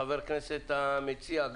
וגם חבר הכנסת המציע,